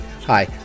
Hi